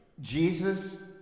Jesus